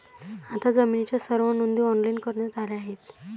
आता जमिनीच्या सर्व नोंदी ऑनलाइन करण्यात आल्या आहेत